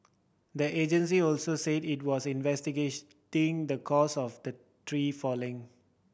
the agency also said it was investigating the cause of the tree falling